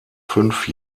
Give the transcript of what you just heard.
fünf